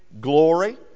glory